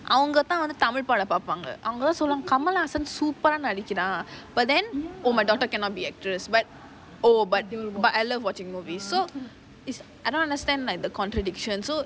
அவங்க தான்:avanga thaan tamil படம் பாப்பாங்க அவங்க தான்:padam paapanga avanga thaan kamal haasan super eh நடிக்கிறான்:nadikiraan but then oh my daughter cannot be actress but oh but but I love watching movies so is I don't understand like the contradiction so